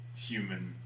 human